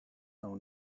own